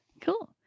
Cool